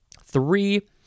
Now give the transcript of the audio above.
Three